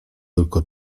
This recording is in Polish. tylko